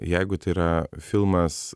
jeigu tai yra filmas